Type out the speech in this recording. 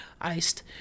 iced